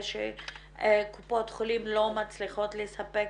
שקופות החולים לא מצליחות לספק,